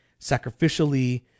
sacrificially